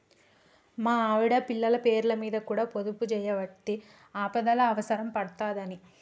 మా ఆవిడ, పిల్లల పేర్లమీద కూడ పొదుపుజేయవడ్తి, ఆపదల అవుసరం పడ్తదని